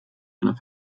einer